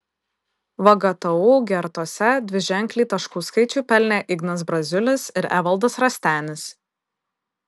vgtu gertose dviženklį taškų skaičių pelnė ignas braziulis ir evaldas rastenis